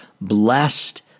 blessed